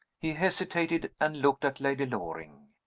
he hesitated and looked at lady loring.